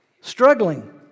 Struggling